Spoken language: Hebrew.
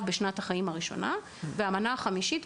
בשנת החיים הראשונה והמנה החמישית,